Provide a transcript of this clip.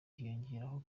hiyongeraho